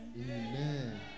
amen